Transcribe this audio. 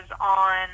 on